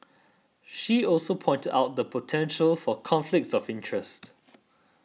she also pointed out the potential for conflict of interest